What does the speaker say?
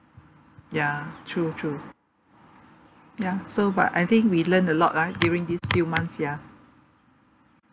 ya true true ya so but I think we learn a lot right during these few months ya